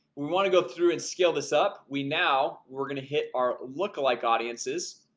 we want to go through and scale this up. we now we're gonna hit our look-alike audiences